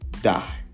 die